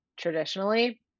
traditionally